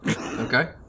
okay